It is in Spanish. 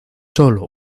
sólo